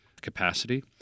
capacity